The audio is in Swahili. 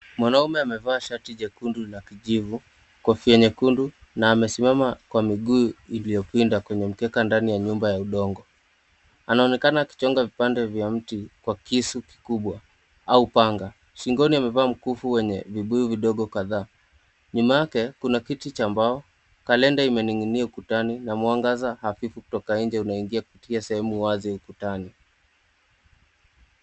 Mwanaume amevaa shati nyekundu na kijivu kofia nyekundu na amesimama kwa miguu iliyopinda kw amkeka ndani ya nyumba ya udongo. Anaonekana akichonga vipande vya mti kwa kisu kikubwa au panga. Shingoni amevaa mkufu wenye vibuyu vidogo kadhaa, nyuma yake kuna kiti cha mbao kalenda imening'inia ukutani na mwangaza hafifu kutoka nje unaingia kupitia sehemu wazi ukutani.